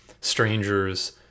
strangers